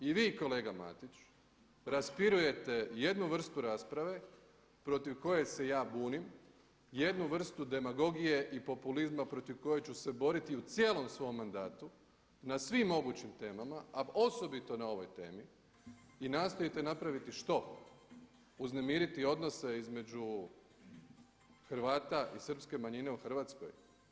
I vi kolega Matić raspirujete jednu vrstu rasprave protiv koje se ja bunim, jednu vrstu demagogije i populizma protiv koje ću se boriti i u cijelom svom mandatu na svim mogućim temama a osobito na ovoj temi i nastojite napraviti, što, uznemiriti odnose između Hrvata i srpske manjine u Hrvatskoj?